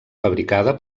fabricada